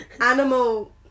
animal